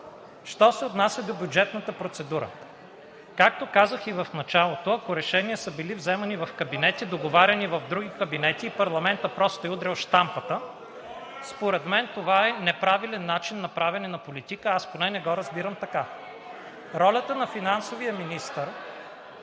що се отнася до бюджетната процедура, както казах и в началото, ако са били вземани решения в кабинети, договаряни в други кабинети, и парламентът просто е удрял щампата, според мен това е неправилен начин на правене на политика. Аз поне не го разбирам така. Ролята на финансовия министър,